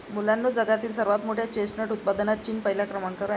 मुलांनो जगातील सर्वात मोठ्या चेस्टनट उत्पादनात चीन पहिल्या क्रमांकावर आहे